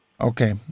Okay